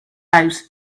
out